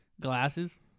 glasses